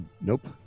nope